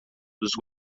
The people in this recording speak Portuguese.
dos